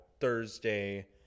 Thursday